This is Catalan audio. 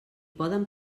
poden